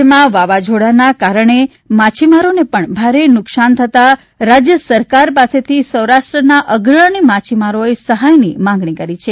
રાજ્યમાં વાવાઝોડાને કારણે માછીમારોને પણ ભારે નુકશાન થતાં રાજ્ય સરકાર પાસેથી સૌરાષ્ટ્રના અગ્રણી માછીમારોએ સહાયની માંગણી કરી છે